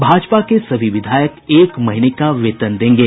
भाजपा के सभी विधायक एक महीने का वेतन देंगे